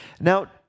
Now